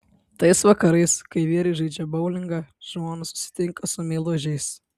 tais vakarais kai vyrai žaidžia boulingą žmonos susitinka su meilužiais